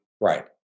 right